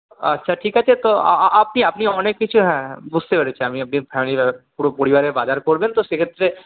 আচ্ছা ঠিক আছে তো আপনি আপনি অনেক কিছু হ্যাঁ হ্যাঁ বুঝতে পেরেছি আমি আপনি ফ্যামিলি বাজার পুরো পরিবারের বাজার করবেন তো সেক্ষেত্রে